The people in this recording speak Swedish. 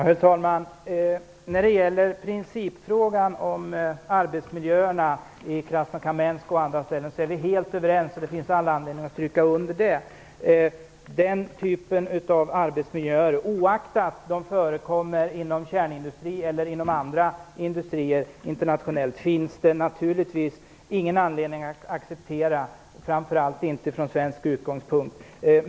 Herr talman! När det gäller principfrågan om arbetsmiljöerna i Krasnokamensk och på andra ställen är vi helt överens. Det finns all anledning att stryka under det. Den typen av arbetsmiljöer, oaktat de förekommer inom kärnkraftsindustri eller inom andra industrier internationellt, finns det naturligtvis ingen anledning att acceptera, framför allt inte från svensk utgångspunkt.